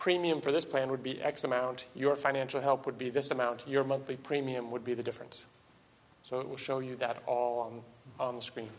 premium for this plan would be x amount your financial help would be this amount your monthly premium would be the difference so it will show you that on the screen